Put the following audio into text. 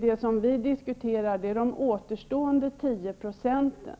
Det vi diskuterar är de återstående 10 procenten.